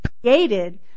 created